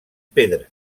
pedra